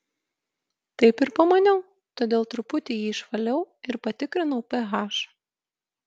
taip ir pamaniau todėl truputį jį išvaliau ir patikrinau ph